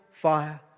fire